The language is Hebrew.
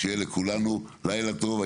שיהיה לכולנו לילה טוב.